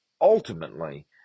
ultimately